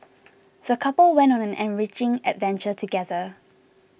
the couple went on an enriching adventure together